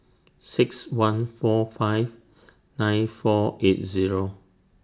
six one four five nine four eight Zero